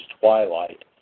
twilight